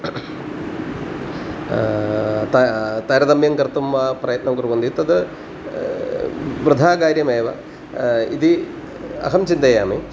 त तारतम्यं कर्तुं वा प्रयत्नं कुर्वन्ति तत् वृथाकार्यमेव इति अहं चिन्तयामि